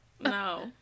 No